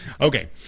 Okay